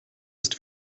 ist